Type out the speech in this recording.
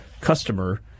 customer